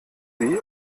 sie